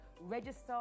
register